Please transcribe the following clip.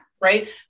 Right